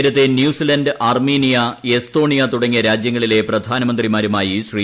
നേരത്തെ New Zealand Armenia Estonia തുടങ്ങിയ രാജ്യങ്ങളിലെ പ്രധാനമന്ത്രിമാരുമായി ശ്രീ